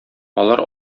алар